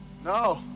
No